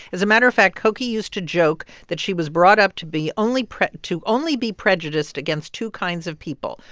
as a matter of fact, cokie used to joke that she was brought up to be only to only be prejudiced against two kinds of people,